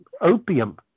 opium